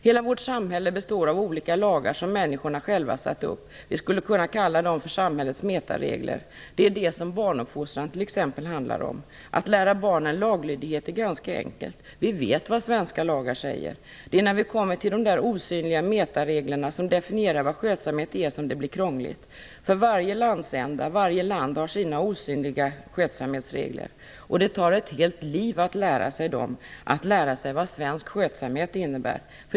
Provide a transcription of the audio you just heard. Hela vårt samhälle består av olika lagar som människorna själva satt upp. Vi skulle kunna kalla dem för samhällets metaregler. Det är det som barnuppfostran t.ex. handlar om. Att lära barnen laglydighet är ganska enkelt. Vi vet vad svenska lagar säger. Det är när vi kommer till de osynliga metaregler som definierar vad skötsamhet är som det blir krångligt. Varje landsända och varje land har sina osynliga skötsamhetsregler. Det tar ett helt liv att lära sig dem - att lära sig vad svensk skötsamhet innebär.